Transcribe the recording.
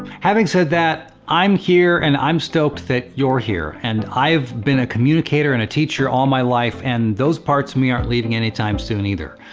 having said that, i'm here and i'm stoked that you're here. and i've been a communicator and a teacher all my life, and those parts of me aren't leaving any time soon either.